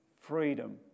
freedom